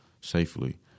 safely